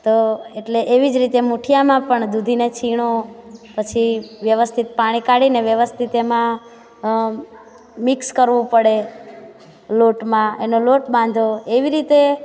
તો એટલે એવી જ રીતે મૂઠિયાંમાં પણ દૂધીને છીણો પછી વ્યવસ્થિત પાણી કાઢીને વ્યવસ્થિત એમાં મીક્ષ કરવું પડે લોટમાં એનો લોટ બાંધો એવી રીતે